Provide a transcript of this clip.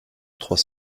trois